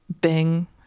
Bing